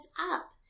up